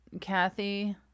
Kathy